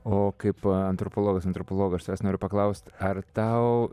o kaip antropologas antropologo aš tavęs noriu paklaust ar tau